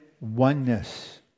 oneness